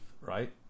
right